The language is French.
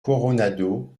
coronado